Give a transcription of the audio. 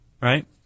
right